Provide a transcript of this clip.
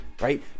right